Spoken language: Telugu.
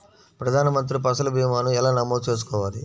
ప్రధాన మంత్రి పసల్ భీమాను ఎలా నమోదు చేసుకోవాలి?